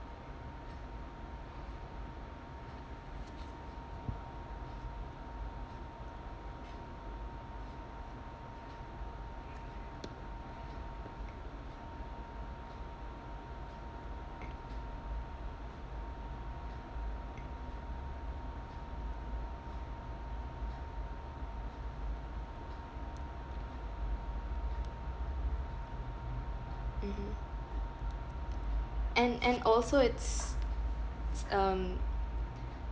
mmhmm and and also it's it's um